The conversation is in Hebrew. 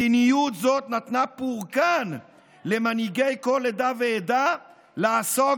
מדיניות זאת נתנה פורקן למנהיגי כל עדה ועדה לעסוק